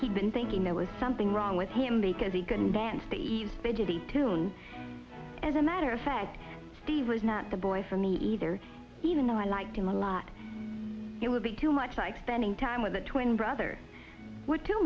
he'd been thinking there was something wrong with him because he couldn't dance the bed to the tune as a matter of fact steve was not the boy for me either even though i liked him a lot it would be too much like spending time with a twin brother were too